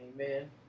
Amen